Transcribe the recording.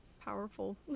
powerful